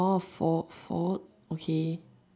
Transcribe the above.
orh 佛佛 fo okay